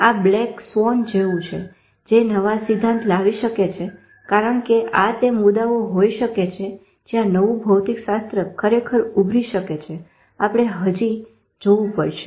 આ black swan જેવું છે જે નવા સિદ્ધાંત લાવી શકે છે કારણ કે આ તે મુદાઓ હોઈ શકે છે જ્યાં નવું ભૌતિકશાસ્ત્ર ખરેખર ઉભરી શકે છે આપણે હજી જોવું પડશે